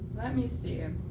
let me see,